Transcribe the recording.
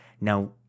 Now